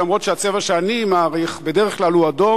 אף-על-פי שהצבע שאני מעריך בדרך כלל הוא אדום,